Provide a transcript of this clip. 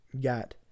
got